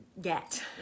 get